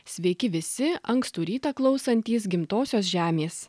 sveiki visi ankstų rytą klausantys gimtosios žemės